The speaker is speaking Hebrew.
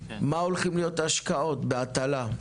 מה הולכים להיות ההשקעות בהטלה?